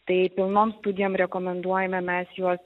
tai pilnom studijom rekomenduojame mes juos